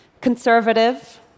conservative